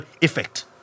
effect